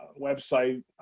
website